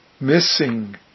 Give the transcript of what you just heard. Missing